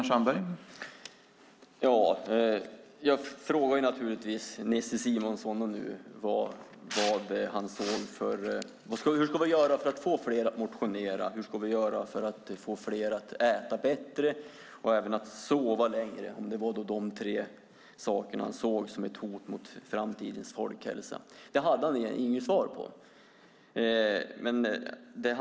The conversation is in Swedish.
Herr talman! Jag frågade naturligtvis Nisse Simonson hur vi ska göra för att få fler att motionera, hur vi ska göra för att få fler att äta bättre och hur vi ska få fler att sova längre. Det var ju de tre sakerna som han såg som ett hot mot framtidens folkhälsa. Han hade inget svar på det.